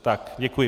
Tak, děkuji.